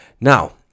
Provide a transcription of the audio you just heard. Now